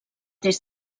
des